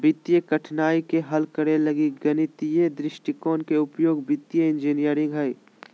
वित्तीय कठिनाइ के हल करे लगी गणितीय दृष्टिकोण के उपयोग वित्तीय इंजीनियरिंग हइ